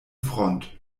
front